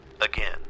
again